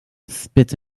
spit